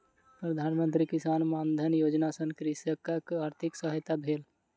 प्रधान मंत्री किसान मानधन योजना सॅ कृषकक आर्थिक सहायता भेल